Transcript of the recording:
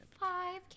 Five